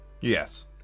Yes